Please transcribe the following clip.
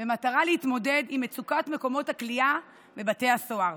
במטרה להתמודד עם מצוקת מקומות הכליאה בבתי הסוהר.